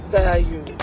value